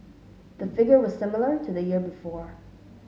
the figure was similar to the year before